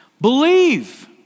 believe